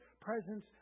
presence